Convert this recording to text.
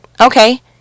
Okay